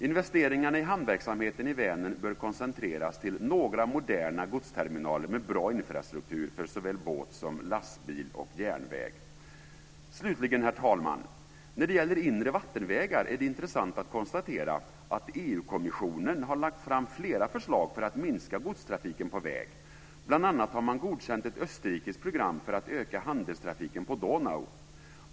Investeringarna i hamnverksamheten i Vänern bör koncentreras till några moderna godsterminaler med bra infrastruktur för såväl båt som lastbil och järnväg. Herr talman! När det slutligen gäller inre vattenvägar är det intressant att konstatera att EU Donau.